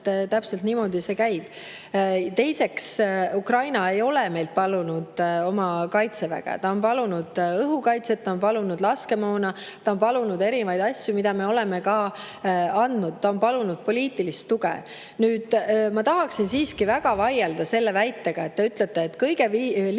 täpselt niimoodi see käib. Teiseks, Ukraina ei ole meilt palunud kaitseväge. Ta on palunud õhukaitset, ta on palunud laskemoona, ta on palunud erinevaid asju, mida me oleme ka andnud. Ta on palunud poliitilist tuge. Ma tahaksin siiski väga vaielda selle väite vastu, et te ütlete, et kõige lihtsam